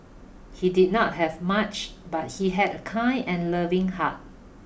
he did not have much but he had a kind and loving heart